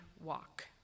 walk